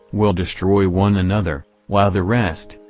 will destroy one another, while the rest,